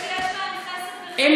שלאנשים שיש להם חסד וחמלה,